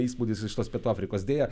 įspūdis iš tos pietų afrikos deja